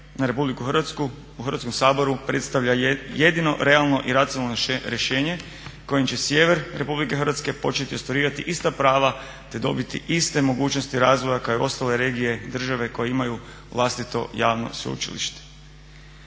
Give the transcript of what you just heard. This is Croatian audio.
u Hrvatskom saboru predstavlja jedino realno i racionalno rješenje kojim će sjever RH početi ostvarivati ista prava te dobiti iste mogućnosti razvoja kao i ostale regije države koje imaju vlastito javno sveučilište.